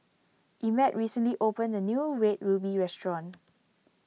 Emmitt recently opened a new Red Ruby Restaurant